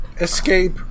escape